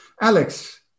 Alex